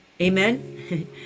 Amen